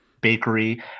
bakery